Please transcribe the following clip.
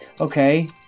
Okay